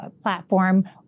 platform